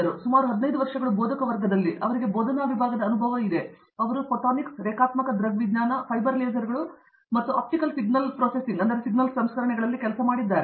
ಆದ್ದರಿಂದ ಸುಮಾರು 15 ವರ್ಷಗಳು ಬೋಧಕವರ್ಗದಲ್ಲಿ ಇದು ಬೋಧನಾ ವಿಭಾಗದ ಅನುಭವವಾಗಿದೆ ಮತ್ತು ಅವರು ಫೋಟೊನಿಕ್ಸ್ ರೇಖಾತ್ಮಕ ದೃಗ್ವಿಜ್ಞಾನ ಫೈಬರ್ ಲೇಸರ್ಗಳು ಮತ್ತು ಆಪ್ಟಿಕಲ್ ಸಿಗ್ನಲ್ ಸಂಸ್ಕರಣೆಗಳಲ್ಲಿ ಕೆಲಸ ಮಾಡಿದ್ದಾರೆ